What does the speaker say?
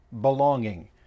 belonging